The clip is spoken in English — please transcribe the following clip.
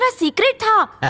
and secret ah um